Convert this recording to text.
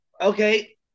Okay